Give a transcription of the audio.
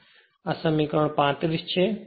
તેથી આ સમીકરણ 35 છે